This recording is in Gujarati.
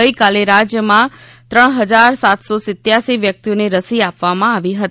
ગઈકાલે રાજ્યમાં ત્રણ હજાર સાતસો સિત્યાંસી વ્યક્તિઓને રસી આપવામાં આવી હતી